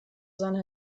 seine